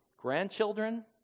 Grandchildren